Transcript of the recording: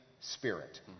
spirit